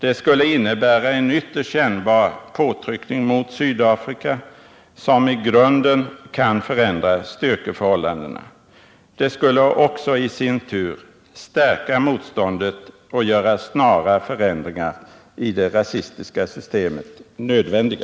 Det skulle innebära en ytterst kännbar påtryckning mot Sydafrika, som i grunden kan förändra strykeförhållandena. Det skulle också i sin tur stärka motståndet och bidra till att övertyga regimen i Pretoria om att snara förändringar i det rasistiska systemet i Sydafrika är nödvändiga.